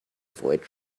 avoid